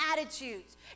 attitudes